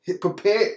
prepare